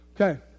Okay